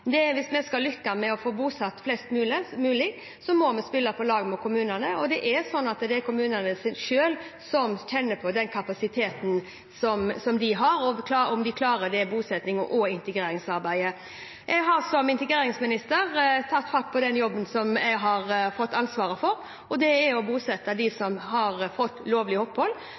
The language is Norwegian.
Hvis vi skal lykkes med å få bosatt flest mulig, må vi spille på lag med kommunene, og det er kommunene selv som kjenner på den kapasiteten som de har, om de klarer bosettings- og integreringsarbeidet. Jeg har som integreringsminister tatt fatt på den jobben som jeg har fått ansvaret for, og det er å bosette